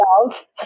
love